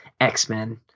X-Men